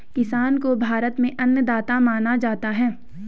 किसान को भारत में अन्नदाता माना जाता है